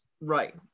Right